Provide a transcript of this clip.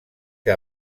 que